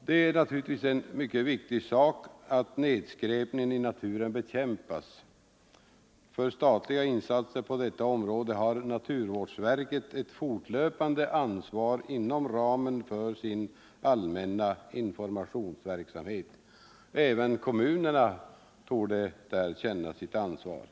Det är naturligtvis en mycket viktig sak att nedskräpningen i naturen bekämpas. För statliga insatser på detta område har naturvårdsverket ett fortlöpande ansvar inom ramen för sin allmänna informationsverksamhet. Även kommunerna torde känna sitt ansvar.